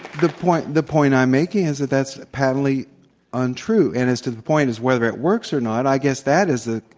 the point the point i'm making is that that's blatantly untrue. and as to the point of whether it works or not, i guess that is the